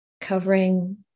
covering